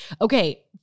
Okay